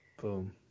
Boom